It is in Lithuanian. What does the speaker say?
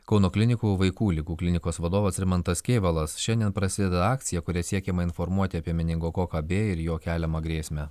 kauno klinikų vaikų ligų klinikos vadovas rimantas kėvalas šiandien prasideda akcija kuria siekiama informuoti apie meningokoką b ir jo keliamą grėsmę